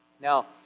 Now